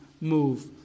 move